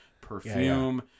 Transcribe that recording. perfume